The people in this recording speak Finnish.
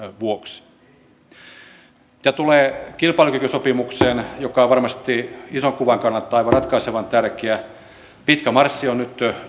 vuoksi mitä tulee kilpailukykysopimukseen joka on varmasti ison kuvan kannalta aivan ratkaisevan tärkeä niin pitkä marssi on nyt